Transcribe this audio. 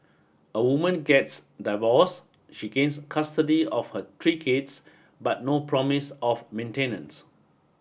a woman gets divorced she gains custody of her three kids but no promise of maintenance